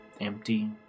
empty